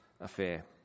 affair